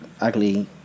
ugly